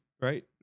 Right